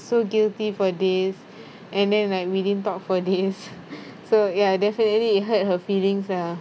so guilty for days and then like we didn't talk for days so ya definitely it hurt her feelings lah